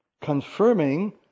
Confirming